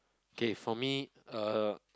okay for me uh